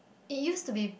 it used to be